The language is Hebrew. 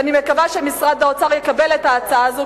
ואני מקווה שמשרד האוצר יקבל את ההצעה הזאת,